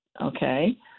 okay